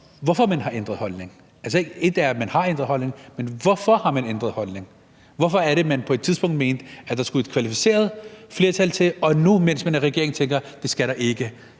hvorfor man har ændret holdning? Altså, et er, at man har ændret holdning, men hvorfor har man ændret holdning? Hvorfor er det, at man på det tidspunkt mente, at der skulle et kvalificeret flertal til, mens man nu, når man er i regering, tænker, at det skal der ikke?